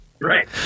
Right